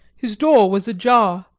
his door was ajar,